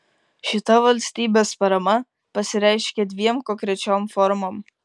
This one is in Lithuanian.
šita valstybės parama pasireiškia dviem konkrečiom formom